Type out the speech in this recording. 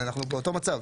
אנחנו באותו מצב.